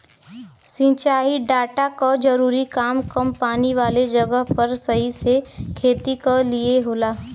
सिंचाई डाटा क जरूरी काम कम पानी वाले जगह पर सही से खेती क लिए होला